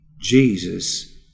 Jesus